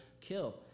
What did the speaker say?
kill